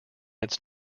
its